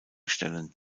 stellen